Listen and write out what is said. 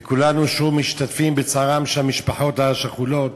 וכולנו שוב משתתפים בצערן של המשפחות השכולות